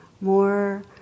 more